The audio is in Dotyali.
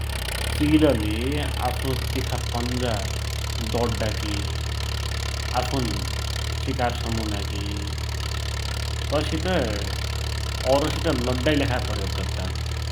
चिलले आफ्ना तिखा पंजा दौड्डाकि, आफुन शिकार समुनाकी, तै सितै औरसित लड्डाकि लेखा प्रयोग गद्दान ।